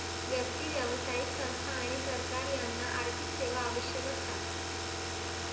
व्यक्ती, व्यावसायिक संस्था आणि सरकार यांना आर्थिक सेवा आवश्यक असतात